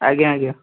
ଆଜ୍ଞା ଆଜ୍ଞା